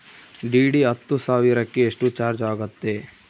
DD ಹತ್ತು ಸಾವಿರಕ್ಕೆ ಎಷ್ಟು ಚಾಜ್೯ ಆಗತ್ತೆ?